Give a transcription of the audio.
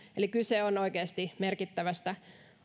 eli kyse on oikeasti merkittävästä